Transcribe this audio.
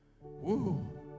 Woo